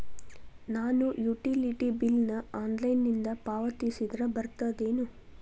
ನಾನು utility bill ನ ಆನ್ಲೈನಿಂದ ಪಾವತಿಸಿದ್ರ ಬರ್ತದೇನು?